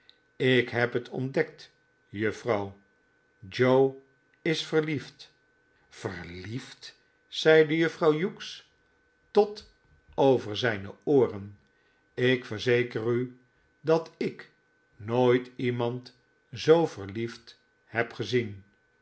ik heb het ontdekt juffrouw joe is verliefd verliefd zeide juffrouw hughes tot over zijne ooren ik verzeker u dat ik nooit iemand zoo verliefd heb gezien